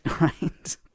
right